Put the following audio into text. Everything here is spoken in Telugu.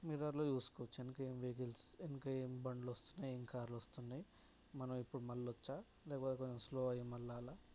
మిర్రర్లో చూసుకోవచ్చు వెనుక ఏం వెహికల్స్ వెనుక ఏం బళ్ళు వస్తున్నాయి ఏమి కార్లు వస్తున్నాయి మనం ఇప్పుడు మళ్ళొచ్చా లేకపోతే కొంచెం స్లో అయ్యి మళ్ళాల